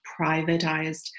privatized